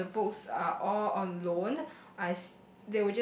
uh the books are all on loan I